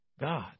God